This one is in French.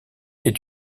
est